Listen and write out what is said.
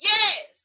Yes